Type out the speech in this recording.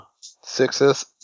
Sixes